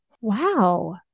Wow